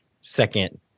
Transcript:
second